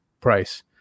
price